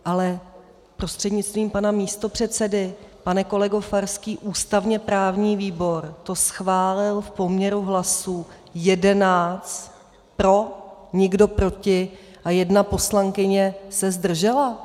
Ale prostřednictvím pana místopředsedy pane kolego Farský, ústavněprávní výbor to schválil v poměru hlasů 11 pro, nikdo proti a jedna poslankyně se zdržela.